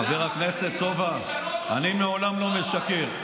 חבר הכנסת סובה, אני לעולם לא משקר.